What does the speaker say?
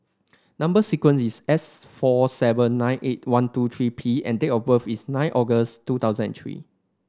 number sequence is S four seven nine eight one two three P and date of birth is nine August two thousand and three